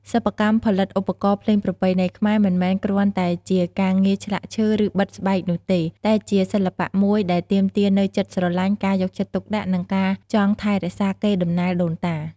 សិប្បកម្មផលិតឧបករណ៍ភ្លេងប្រពៃណីខ្មែរ មិនមែនគ្រាន់តែជាការងារឆ្លាក់ឈើ ឬបិទស្បែកនោះទេ តែជាសិល្បៈមួយដែលទាមទារនូវចិត្តស្រឡាញ់ ការយកចិត្តទុកដាក់ និងការចង់ថែរក្សាកេរដំណែលដូនតា។